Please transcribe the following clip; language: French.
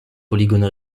polygone